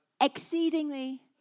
Exceedingly